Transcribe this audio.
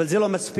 אבל זה לא מספיק.